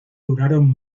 duraron